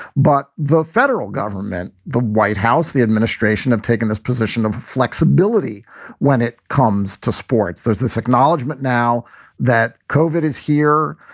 but the federal government. the white house, the administration have taken this position of flexibility when it comes to sports. there's this acknowledgement now that koven is here.